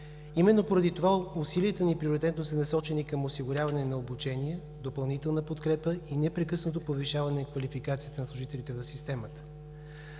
Именно поради това усилията ни приоритетно са насочени към осигуряване на обучение, допълнителна подкрепа и непрекъснато повишаване квалификацията на служителите в системата.